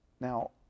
Now